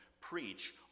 preach